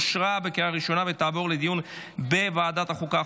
לוועדת החוקה,